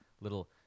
little